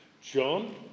John